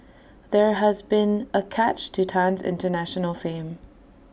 there has been A catch to Tan's International fame